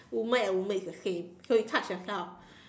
woman and woman is the same so you touch yourself